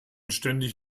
ständig